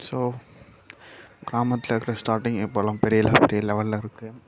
so கிராமத்தில் இருக்கற starting இப்போலாம் பெரிய லெவலில் இருக்குது